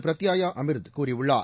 பிரத்யாயா அமிர்த் கூறியுள்ளார்